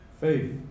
Faith